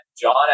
John